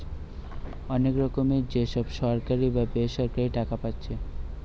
অনেক রকমের যে সব সরকারি বা বেসরকারি টাকা পাচ্ছে